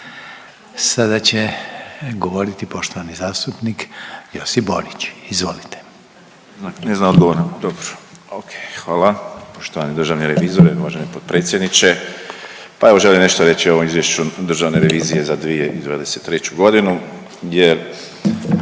Sada će govoriti poštovani zastupnik Josip Borić. Izvolite. **Borić, Josip (HDZ)** Ne zna odgovor na dobro, ok. Hvala. Poštovani državni revizore, uvaženi potpredsjedniče. Pa evo želim nešto reći o ovom izvješću državne revizije za 2023.g. jer